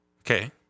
Okay